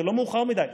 זה לא מאוחר מדי,